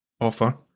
offer